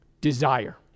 desire